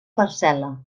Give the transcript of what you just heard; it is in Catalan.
parcel·la